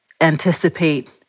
anticipate